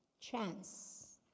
chance